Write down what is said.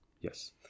Yes